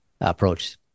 Approach